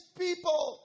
people